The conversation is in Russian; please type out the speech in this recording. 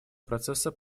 процесса